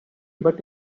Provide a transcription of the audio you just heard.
but